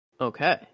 Okay